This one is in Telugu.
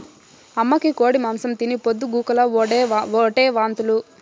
అమ్మకి కోడి మాంసం తిని పొద్దు గూకులు ఓటే వాంతులు